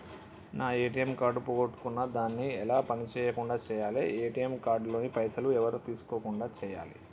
నా ATM card పోగొట్టుకున్నా దాన్ని ఎలా పని చేయకుండా చేయాలి ఏ.టి.ఎమ్ కార్డు లోని పైసలు ఎవరు తీసుకోకుండా చేయాలి?